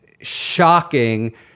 shocking